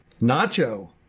Nacho